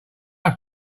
have